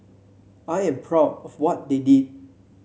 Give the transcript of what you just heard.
I am proud of what they did